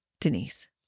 Denise